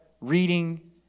reading